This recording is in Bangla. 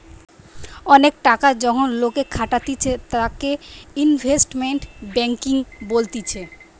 অনেক টাকা যখন লোকে খাটাতিছে তাকে ইনভেস্টমেন্ট ব্যাঙ্কিং বলতিছে